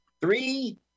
Three